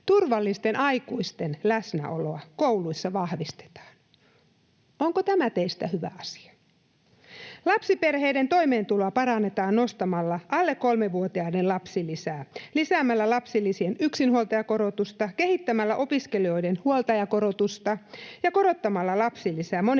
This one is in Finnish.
Turvallisten aikuisten läsnäoloa kouluissa vahvistetaan. Onko tämä teistä hyvä asia? Lapsiperheiden toimeentuloa parannetaan nostamalla alle kolmevuotiaiden lapsilisää, lisäämällä lapsilisien yksinhuoltajakorotusta, kehittämällä opiskelijoiden huoltajakorotusta ja korottamalla lapsilisää monilapsisille